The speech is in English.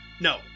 No